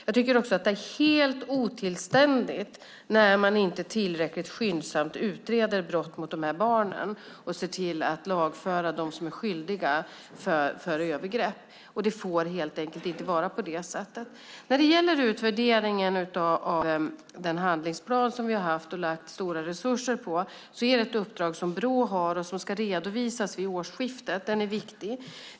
Jag tycker att det är helt otillständigt att man inte tillräckligt skyndsamt utreder brott mot de här barnen och ser till att lagföra dem som är skyldiga för övergrepp. Det får helt enkelt inte vara så. Utvärderingen av den handlingsplan som vi har haft och som vi lagt stora resurser på är ett uppdrag för Brå. Den ska redovisas vid årsskiftet.